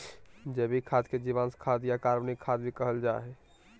जैविक खाद के जीवांश खाद या कार्बनिक खाद भी कहल जा हइ